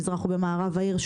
במזרח ובמערב העיר,